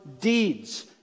deeds